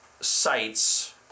sites